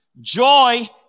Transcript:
Joy